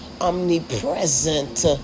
omnipresent